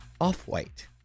off-white